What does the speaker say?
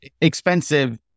expensive